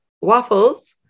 waffles